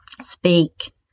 speak